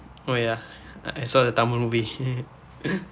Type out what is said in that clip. oh ya I saw the tamil movie